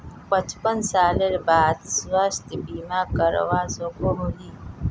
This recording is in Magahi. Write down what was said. पचपन सालेर बाद स्वास्थ्य बीमा करवा सकोहो ही?